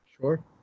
sure